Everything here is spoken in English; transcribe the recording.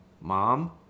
mom